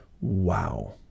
Wow